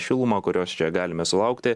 šilumą kurios čia galime sulaukti